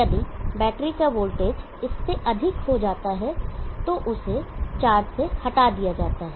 यदि बैटरी का वोल्टेज इससे अधिक हो जाता है तो उसे चार्ज हटा दिया जाता है